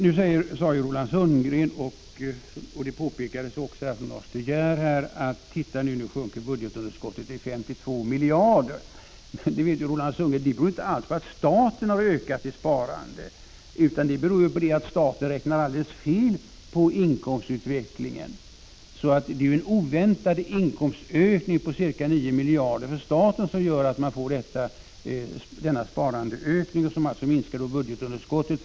Nu sade ju Roland Sundgren — och det påpekades också av Lars De Geer: Titta, nu sjunker budgetunderskottet till 52 miljarder! Men Roland Sundgren vet att det inte alls beror på att staten har ökat sitt sparande, utan det beror på att staten har räknat alldeles fel på inkomstutvecklingen. Det är en oväntad inkomstökning för staten på ca 9 miljarder som gör att man får denna sparandeökning, som alltså minskar budgetunderskottet.